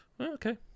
Okay